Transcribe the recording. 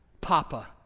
papa